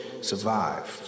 survived